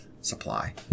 supply